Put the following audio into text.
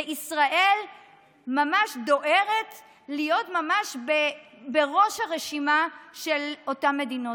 וישראל ממש דוהרת להיות ממש בראש הרשימה של אותן מדינות.